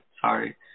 Sorry